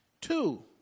Two